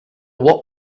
what